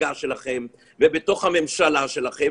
המפלגה שלהם ובתוך הממשלה שלכם.